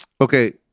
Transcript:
okay